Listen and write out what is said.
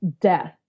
death